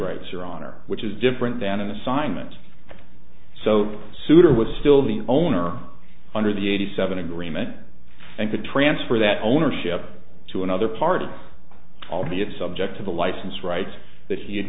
rights or honor which is different than an assignment so souter was still the owner under the eighty seven agreement and could transfer that ownership to another party albeit subject to the license rights that he had